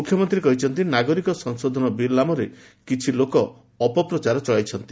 ମୁଖ୍ୟମନ୍ତ୍ରୀ କହିଛନ୍ତି ନାଗରିକ ସଂଶୋଧନ ବିଲ୍ ନାମରେ କିଛି ଲୋକ ଅପପ୍ରଚାର ଚଳାଇଛନ୍ତି